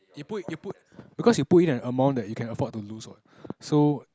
you put you put because you put in an amount that you can afford to lose what so